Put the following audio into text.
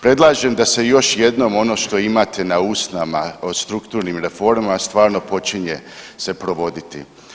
Predlažem da se još jednom ono što imate na usnama o strukturnim reformama stvarno počinje se provoditi.